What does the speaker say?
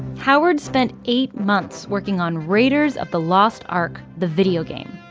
howard spent eight months working on, raiders of the lost ark the video game,